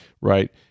right